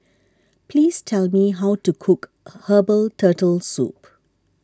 please tell me how to cook Herbal Turtle Soup